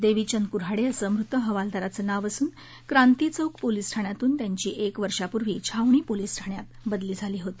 दक्षीपंद कुन्हाडक्रिसं मृत हवालदाराचं नाव असून क्रांतीचौक पोलिस ठाण्यातून त्यांची एक वर्षांपूर्वी छावणी पोलिस ठाण्यात बदली झाली होती